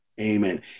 Amen